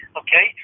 okay